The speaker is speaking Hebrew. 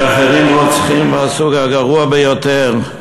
משחררים רוצחים מהסוג הגרוע ביותר.